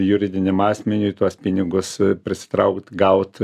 juridiniam asmeniui tuos pinigus prisitraukt gaut